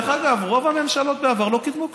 דרך אגב, רוב הממשלות בעבר לא קידמו כלום.